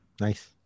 Nice